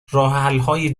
راهحلهای